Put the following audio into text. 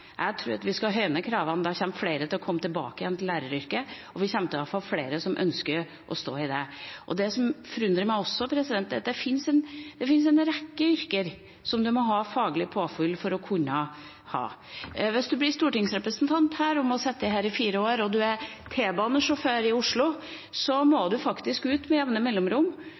jeg tror at vi skal høyne kravene. Da kommer flere til å komme tilbake igjen til læreryrket, og vi kommer til å få flere som ønsker å stå i det. Dette forundrer meg litt, for det fins en rekke yrker som en må ha faglig påfyll for å kunne ha. Hvis en blir stortingsrepresentant og må sitte her i fire år og er T-banesjåfør i Oslo, må en faktisk ut med jevne mellomrom